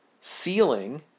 ceiling